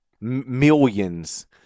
Millions